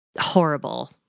Horrible